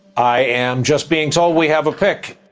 i am just being told we have a pick.